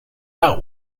out